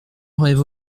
auraient